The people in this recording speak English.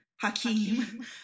Hakeem